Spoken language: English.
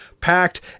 packed